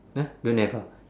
!huh! don't have ah